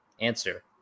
Answer